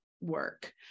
work